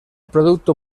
producto